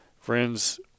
friends